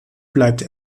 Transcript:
bleibt